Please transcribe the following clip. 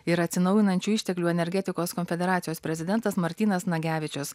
ir atsinaujinančių išteklių energetikos konfederacijos prezidentas martynas nagevičius